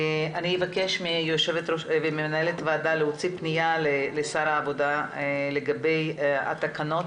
אני אבקש ממנהלת הוועדה להוציא פניה לשר העבודה לגבי התקנות.